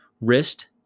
wrist